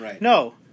No